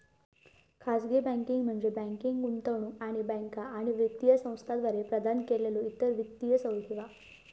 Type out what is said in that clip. खाजगी बँकिंग म्हणजे बँकिंग, गुंतवणूक आणि बँका आणि वित्तीय संस्थांद्वारा प्रदान केलेल्यो इतर वित्तीय सेवा